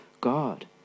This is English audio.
god